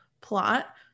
plot